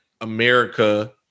America